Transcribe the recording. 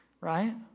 Right